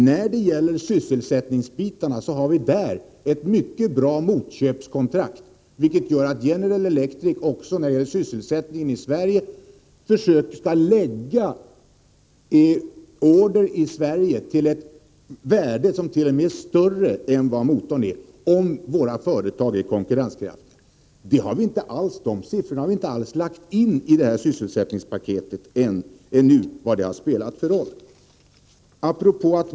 När det gäller sysselsättningsbitarna har vi ett mycket bra motköpskontrakt, vilket gör att General Electric placerar order i Sverige till ett värde som t.o.m. är större än vad som motsvarar priset på motorn. Siffrorna har vi inte alls lagt in i sysselsättningspaketet.